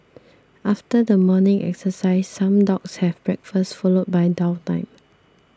after the morning exercise some dogs have breakfast followed by downtime